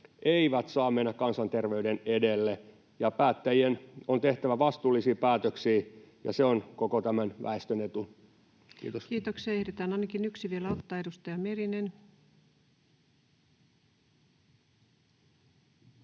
eivät saa mennä kansanterveyden edelle, ja päättäjien on tehtävä vastuullisia päätöksiä. Se on koko tämän väestön etu. — Kiitos. Kiitoksia. — Ehditään ainakin yksi vielä ottaa. — Edustaja Merinen.